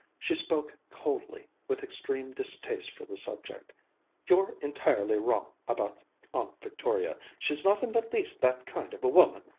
she spoke coldly, with extreme distaste for the subject you're entirely wrong about aunt victoria. she's not in the least that kind of a woman.